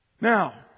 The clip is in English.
Now